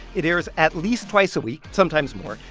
it airs at least twice a week, sometimes more,